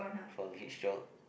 from heat stroke